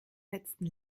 letzten